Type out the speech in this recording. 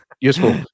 useful